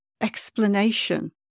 explanation